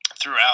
throughout